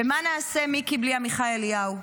ומה נעשה, מיקי, בלי עמיחי אליהו?